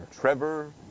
Trevor